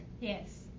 Yes